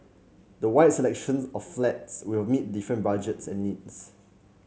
the wide selection of flats will meet different budget and needs